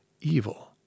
evil